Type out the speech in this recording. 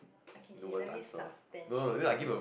okay K let me substance it